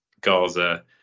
Gaza